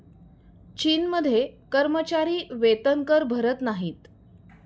चीनमध्ये कर्मचारी वेतनकर भरत नाहीत